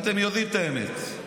אתם יודעים את האמת,